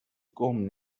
گـم